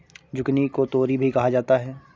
zucchini को तोरी भी कहा जाता है